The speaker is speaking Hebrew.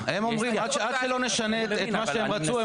הם אומרים שעד שלא נשנה את מה שהם רצו,